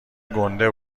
گنده